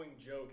joke